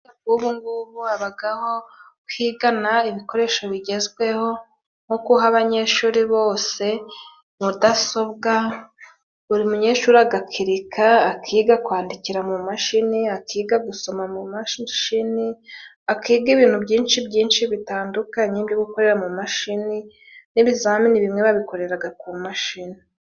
Ubungubu habagaho kwigana ibikoresho bigezweho nko guha abanyeshuri bose mudasobwa, buri munyeshuri agakirika akiga kwandikira mu mashini, akiga gusoma mu mashini, akiga ibintu byinshi byinshi bitandukanye byo gukorera mu mashini n'ibizamini bimwe babikoreraga ku mashini.